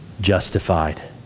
justified